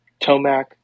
Tomac